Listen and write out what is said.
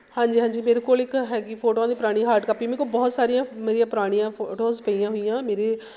ਹਾਂਜੀ ਹਾਂਜੀ ਮੇਰੇ ਕੋਲ ਇੱਕ ਹੈਗੀ ਫੋਟੋਆਂ ਦੀ ਪੁਰਾਣੀ ਹਾਰਟ ਕਾਪੀ ਮੇਰੇ ਕੋਲ ਬਹੁਤ ਸਾਰੀਆਂ ਮੇਰੀਆਂ ਪੁਰਾਣੀਆਂ ਫੋਟੋਜ਼ ਪਈਆਂ ਹੋਈਆਂ ਮੇਰੇ